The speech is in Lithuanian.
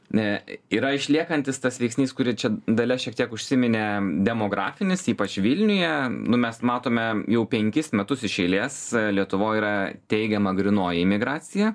ne yra išliekantis tas veiksnys kurį čia dalia šiek tiek užsiminė demografinis ypač vilniuje nu mes matome jau penkis metus iš eilės lietuvoj yra teigiama grynoji migracija